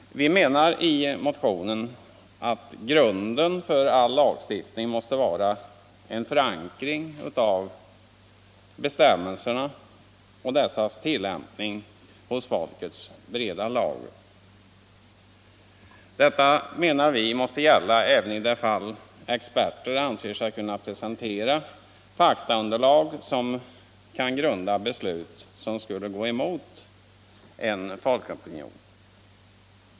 Vi menar i motionen att grunden för all lagstiftning måste vara att bestämmelserna och dessas tillämpning är förankrade i folkets breda lager. Det menar vi måste gälla även i det fall då experter anser sig kunna presentera ett faktaunderlag som kan ligga till grund för beslut som skulle gå emot en folkopinion.